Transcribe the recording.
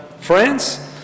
France